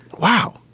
Wow